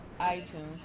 iTunes